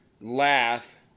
laugh